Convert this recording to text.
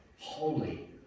Holy